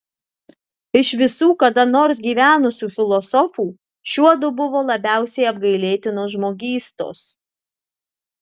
iš visų kada nors gyvenusių filosofų šiuodu buvo labiausiai apgailėtinos žmogystos